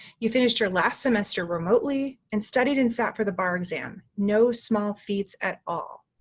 you finished her last semester remotely and studied and sat for the bar exam, no small feats at all.